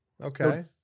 Okay